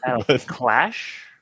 Clash